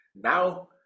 now